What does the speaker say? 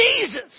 Jesus